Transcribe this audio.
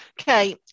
Okay